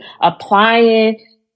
applying